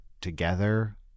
together